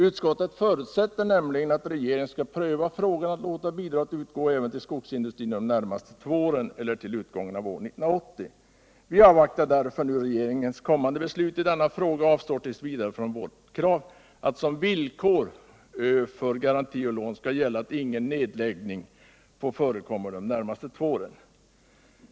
Utskottet förutsätter nämligen att regeringen skall pröva frågan att låta bidraget utgå även till skogsindustrin under de närmaste två åren eller till utgången av år 1980. Vi avvaktar därför nu regeringens kommande beslut i denna fråga och avstår t. v. från vårt krav att som villkor för garanti och lån skall gälla att ingen nedläggning får förekomma under de närmaste två åren.